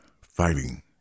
fighting